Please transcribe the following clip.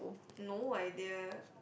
no idea